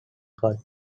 card